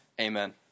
Amen